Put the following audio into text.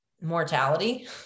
mortality